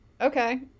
okay